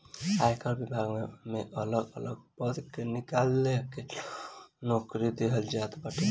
आयकर विभाग में अलग अलग पद निकाल के लोग के नोकरी देहल जात बा